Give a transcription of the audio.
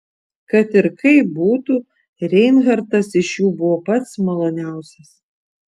kad ir kaip būtų reinhartas iš jų buvo pats maloniausias